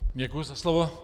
Děkuji za slovo.